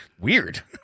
Weird